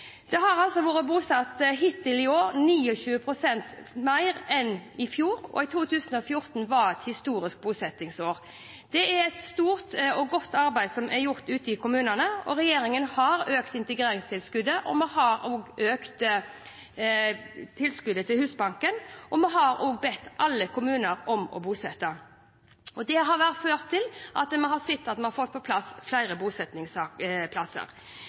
Det har hittil i år blitt bosatt 29 pst. flere enn i fjor, og 2014 var et historisk bosettingsår. Det er et stort og godt arbeid som er gjort ute i kommunene. Regjeringen har økt integreringstilskuddet, vi har økt tilskuddet til Husbanken, og vi har også bedt alle kommuner om å bosette. Det har ført til at vi har fått på plass flere bosettingsplasser. Men det vil bli krevende framover. Det er viktig at vi ser på